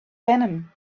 venom